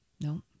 no